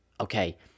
okay